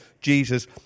Jesus